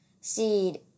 seed